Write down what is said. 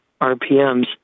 rpms